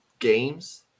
games